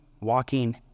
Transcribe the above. walking